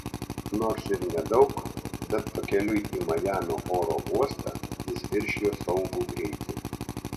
nors ir nedaug bet pakeliui į majamio oro uostą jis viršijo saugų greitį